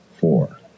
four